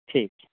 ठीक छै